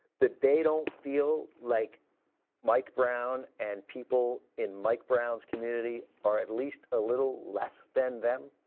that they don't feel like mike brown and people in mike brown's community are at least a little less than them?